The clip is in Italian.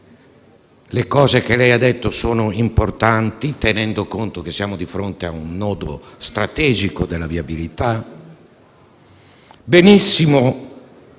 Le cose che lei ha detto sono importanti, tenendo conto che siamo di fronte a un nodo strategico della viabilità. Va benissimo